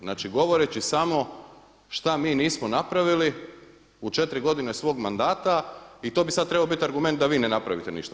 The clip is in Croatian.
Znači govoreći samo šta mi nismo napravili u četiri godine svog mandata i to bi sada trebao biti argument da vi ne napravite ništa.